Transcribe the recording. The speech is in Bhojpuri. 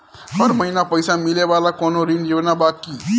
हर महीना पइसा मिले वाला कवनो ऋण योजना बा की?